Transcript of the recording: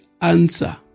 answer